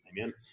Amen